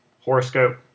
Horoscope